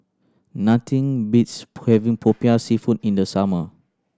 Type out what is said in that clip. nothing beats having Popiah Seafood in the summer